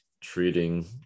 treating